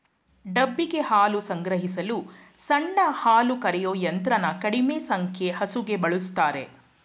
ಡಬ್ಬಿಗೆ ಹಾಲು ಸಂಗ್ರಹಿಸಲು ಸಣ್ಣ ಹಾಲುಕರೆಯೋ ಯಂತ್ರನ ಕಡಿಮೆ ಸಂಖ್ಯೆ ಹಸುಗೆ ಬಳುಸ್ತಾರೆ